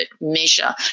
measure